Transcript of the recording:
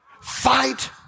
Fight